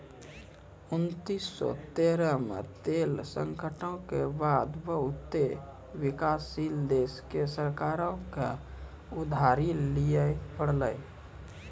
उन्नीस सौ तेहत्तर मे तेल संकटो के बाद बहुते विकासशील देशो के सरकारो के उधारी लिये पड़लै